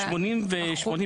89,